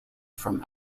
from